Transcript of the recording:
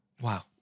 Wow